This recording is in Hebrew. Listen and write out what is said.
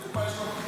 איזו קופה יש לו?